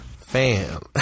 fam